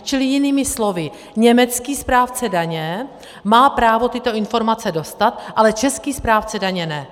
Čili jinými slovy německý správce daně má právo tyto informace dostat, ale český správce daně ne.